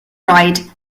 ride